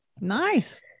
Nice